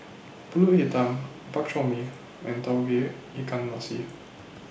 Pulut Hitam Bak Chor Mee and Tauge Ikan Masin